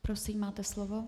Prosím, máte slovo.